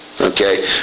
Okay